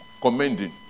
commending